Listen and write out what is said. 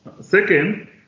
second